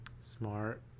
smart